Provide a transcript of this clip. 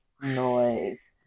noise